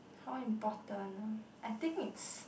how important I think it's